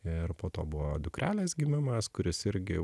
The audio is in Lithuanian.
ir po to buvo dukrelės gimimas kuris irgi